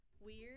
weird